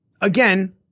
again